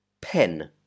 PEN